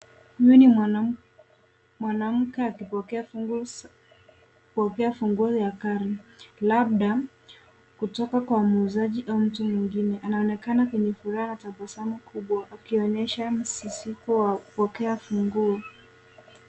Huyu ni mwanamke akipokea funguo za gari , labda kutoka kwa muuzaji au mtu mwingine. Anaonekana mwenye furaha tabasamu kubwa akionyesha msisimko wa kupokea funguo.